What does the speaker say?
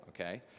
Okay